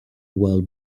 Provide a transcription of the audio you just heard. while